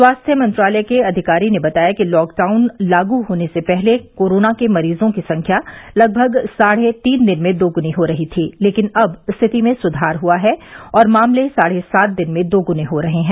स्वास्थ्य मंत्रालय के अधिकारी ने बताया कि लॉकडाउन लागू होने से पहले कोरोना के मरीजों की संख्या लगभग साढ़े तीन दिन में दोगुनी हो रही थी लेकिन अब स्थिति में सुधार हुआ है और मामले साढ़े सात दिन में दोगुने हो रहे हैं